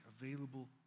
available